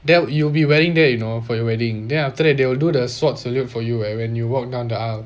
that you will be wearing that you know for your wedding then after that they will do the sword salute for you eh when you walk down the aisle